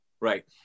Right